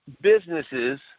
businesses